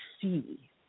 see